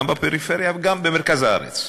גם בפריפריה וגם במרכז הארץ.